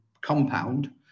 compound